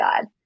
God